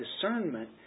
discernment